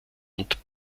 und